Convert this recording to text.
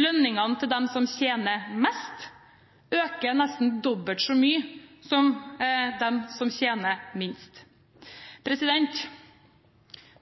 Lønningene til dem som tjener mest, øker nesten dobbelt så mye som dem som tjener minst.